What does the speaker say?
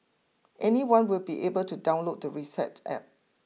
anyone will be able to download the Reset App